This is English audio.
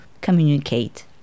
communicate